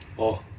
orh